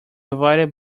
avoided